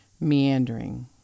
meandering